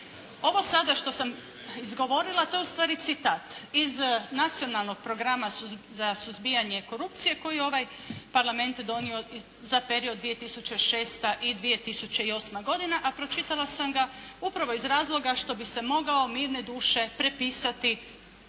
Ovo sada što sam izgovorila to je ustvari citat iz Nacionalnog programa za suzbijanje korupcije koji je ovaj Parlament donio za period 2006. i 2008. godina a pročitala sam ga upravo iz razloga što bi se mogao mirne duše prepisati